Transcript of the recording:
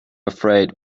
afraid